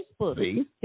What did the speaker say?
facebook